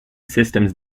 systems